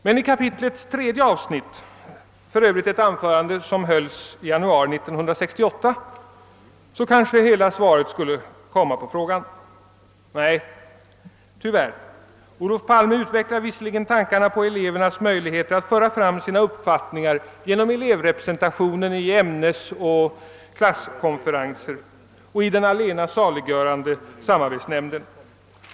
Men i kapitlets tredje avsnitt — för övrigt ett anförande som hölls i januari 1968 — skulle kanske hela svaret på frågan komma. Nej, tyvärr. Olof Palme utvecklar visserligen tankarna på elevernas möjligheter att föra fram sina uppfattningar genom elevrepresentation vid ämnesoch klasskonferenser liksom i den allena saliggörande samarbetsnämnden.